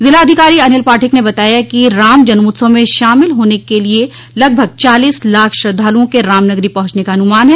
जिलाधिकारी अनिल पाठक ने बताया है कि राम जन्मोत्सव में शामिल होने के लिए लगभग चालीस लाख श्रद्वालूओं के राम नगरी पहुंचने का अनुमान है